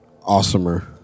awesomer